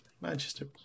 Manchester